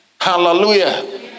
Hallelujah